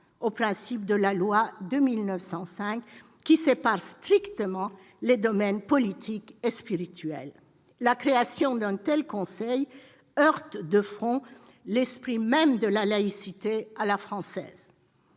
aux principes posés par la loi de 1905, qui sépare strictement les domaines politique et spirituel. La création d'un tel conseil irait à l'encontre de l'esprit même de la laïcité à la française.